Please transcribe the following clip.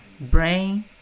brain